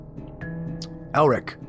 Elric